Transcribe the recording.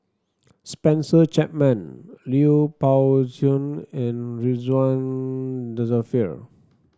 Spencer Chapman Lui Pao Chuen and Ridzwan Dzafir